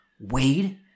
Wade